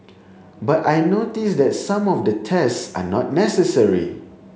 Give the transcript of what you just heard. but I notice that some of the tests are not necessary